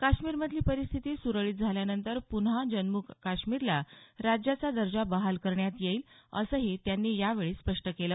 काश्मीरमधली परिस्थिती सुरळीत झाल्यानंतर पुन्हा जम्मू काश्मीरला राज्याचा दर्जा बहाल करण्यात येईल असंही त्यांनी यावेळी स्पष्ट केलं